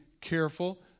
careful